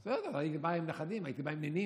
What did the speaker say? בסדר, הייתי בא עם נכדים, הייתי בא עם נינים.